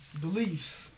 Beliefs